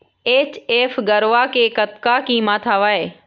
HF गरवा के कतका कीमत हवए?